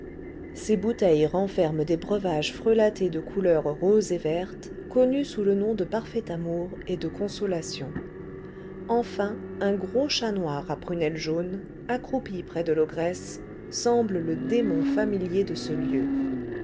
ces bouteilles renferment des breuvages frelatés de couleur rose et verte connus sous le nom de parfait amour et de consolation enfin un gros chat noir à prunelles jaunes accroupi près de l'ogresse semble le démon familier de ce lieu